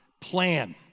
plan